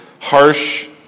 harsh